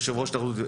יו"ר ההתאחדות,